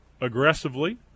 aggressively